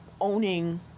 owning